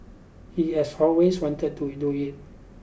he has always wanted to do it